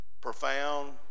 profound